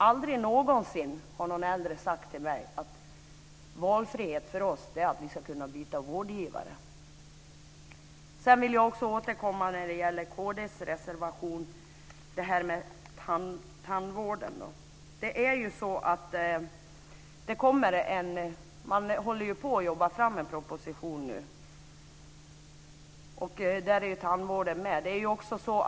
Aldrig någonsin har någon äldre sagt till mig: Valfrihet för oss är att vi ska kunna byta vårdgivare. Jag återkommer till kd:s reservation och detta med tandvården. Just nu jobbar man med att få fram en proposition där tandvården finns med.